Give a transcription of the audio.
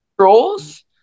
trolls